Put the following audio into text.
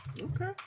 Okay